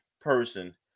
person